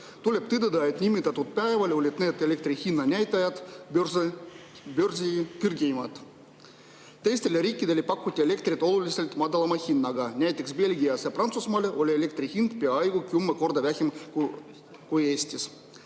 Tuleb tõdeda, et nimetatud päeval olid need elektri hinna näitajad börsi kõrgeimad. Teistele riikidele pakuti elektrit oluliselt madalama hinnaga, näiteks Belgias ja Prantsusmaal oli elektri hind peaaegu kümme korda väiksem kui Eestis.